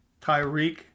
Tyreek